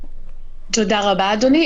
תודה רבה, אדוני.